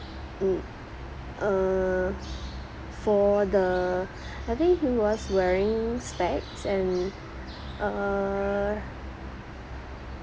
mm uh for the I think he was wearing specs and uh